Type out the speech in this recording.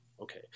Okay